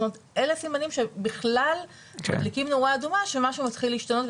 אלו שינויים שבכלל מדליקים נורה אדומה שמשהו מתחיל להשתנות,